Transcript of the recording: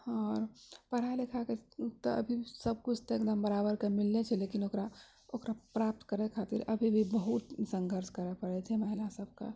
हाँ पढाइ लिखाइ के सबकुछ बराबर तऽ मिलै छै ओकरा प्राप्त करै खातिर अभी भी बहुत सङ्घर्ष करै पड़ै छै महिला सबके